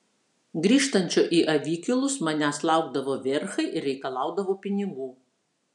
grįžtančio į avikilus manęs laukdavo verchai ir reikalaudavo pinigų